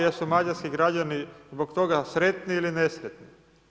Jesu Mađarski građani zbog toga sretni ili nesretni?